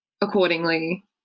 accordingly